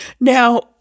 Now